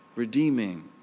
redeeming